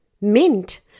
Mint